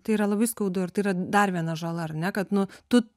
tai yra labai skaudu ir tai yra dar viena žala ar ne kad nu tu